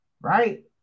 right